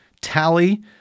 tally